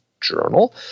journal